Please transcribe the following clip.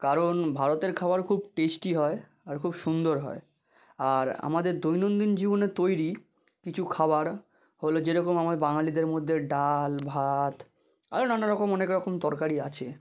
কারণ ভারতের খাবার খুব টেস্টি হয় আর খুব সুন্দর হয় আর আমাদের দৈনন্দিন জীবনে তৈরি কিছু খাবার হলো যেরকম আমার বাঙালিদের মধ্যে ডাল ভাত আরও নানা রকম অনেক রকম তরকারি আছে